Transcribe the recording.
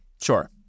Sure